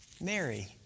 Mary